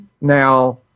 Now